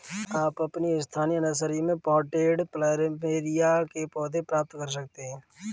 आप अपनी स्थानीय नर्सरी में पॉटेड प्लमेरिया के पौधे प्राप्त कर सकते है